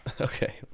okay